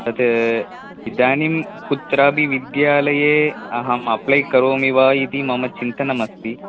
तत् इदानीं कुत्रापि विद्यालये अहम् अप्लै करोमि वा इति मम चिन्तनमस्ति